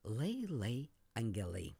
lai lai angelai